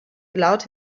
allowed